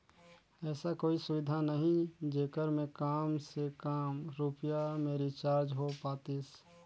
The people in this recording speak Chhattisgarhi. ऐसा कोई सुविधा नहीं जेकर मे काम से काम रुपिया मे रिचार्ज हो पातीस?